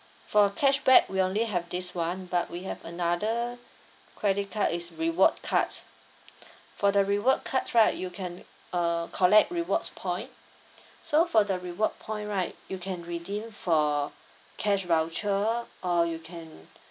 for cashback we only have this [one] but we have another credit card is reward cards for the reward cards right you can uh collect rewards point so for the reward point right you can redeem for cash voucher or you can